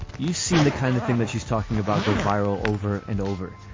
you seen the kind of thing that she's talking about go viral over and over.